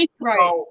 Right